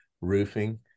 roofing